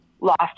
lost